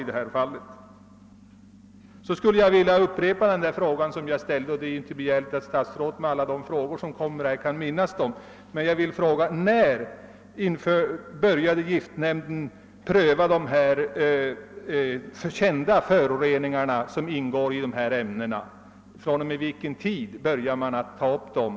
Det är inte begärligt att statsrådet skall minnas alla de frågor som ställts, så jag vill upprepa min fråga: När började giftnämnden pröva de kända föroreningar som ingår i dessa ämnen?